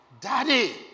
Daddy